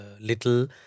little